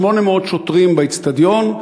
800 שוטרים באיצטדיון,